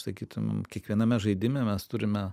sakytum kiekviename žaidime mes turime